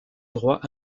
droit